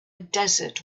desert